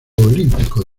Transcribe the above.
olímpico